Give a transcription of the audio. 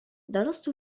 درست